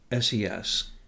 SES